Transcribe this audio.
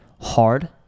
hard